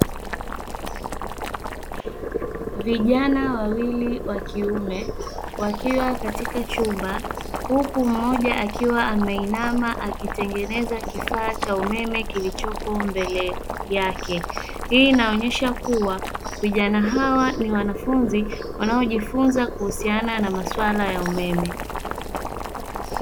Vijana wawili wa kiume wakiwa katika chumba huku mmoja akiwa ameinama akitengeneza kifaa cha umeme kilichopo mbele yake. Hii inaonyesha kuwa vijana hawa ni wanafunzi wanaijifunza kuhusiana na masuala ya umeme.